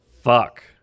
Fuck